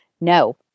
no